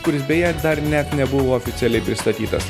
kuris beje dar net nebuvo oficialiai pristatytas